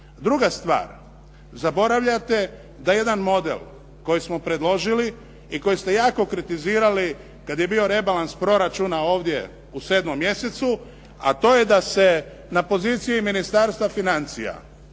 Druga stvar, zaboravljate da jedan model koji smo predložili i koji ste jako kritizirali kad je bio rebalans proračuna ovdje u sedmom mjesecu a to je da se na poziciji Ministarstva financija